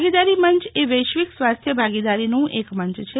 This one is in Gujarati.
ભાગીદારી મંચ એ વૈશ્વિક સ્વાસ્થ્ય ભાગીદારીનું એક મંચ છે